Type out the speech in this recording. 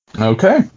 Okay